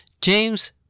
James